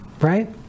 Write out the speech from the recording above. right